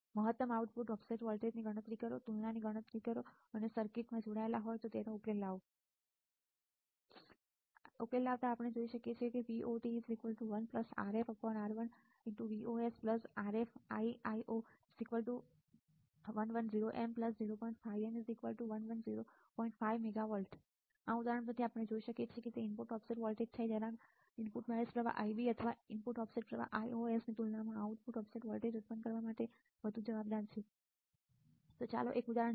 c મહત્તમ output offset વોલ્ટેજની ગણતરી કરો જો તુલનામાં ગણતરી પ્રમાણે સર્કિટમાં જોડાયેલ હોય ઉકેલ આ ઉદાહરણ પરથી જોઈ શકાય છે કે તે ઇનપુટ ઓફસેટ વોલ્ટેજ છે જેના ઇનપુટ બાયસ પ્રવાહ Ib અથવા ઇનપુટ ઓફસેટ પ્રવાહ Ios ની તુલનામાં આઉટપુટ ઓફસેટ વોલ્ટેજ ઉત્પન્ન કરવા માટે વધુ જવાબદાર છે તો ચાલો એક ઉદાહરણ જોઈએ